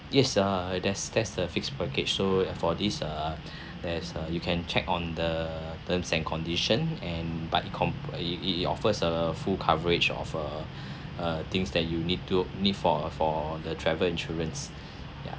yes err there's there's a fixed package so for this err there's uh you can check on the terms and condition and but it com~ it it it offers a full coverage of uh uh things that you need to need for uh for the travel insurance ya